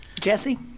Jesse